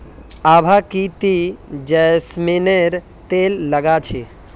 आभा की ती जैस्मिनेर तेल लगा छि